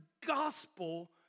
gospel